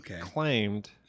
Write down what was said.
claimed